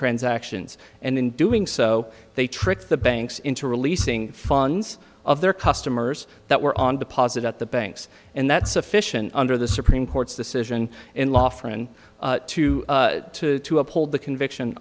transactions and in doing so they tricked the banks into releasing funds of their customers that were on deposit at the banks and that's sufficient under the supreme court's decision in law fron to to to uphold the conviction